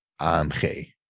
AMG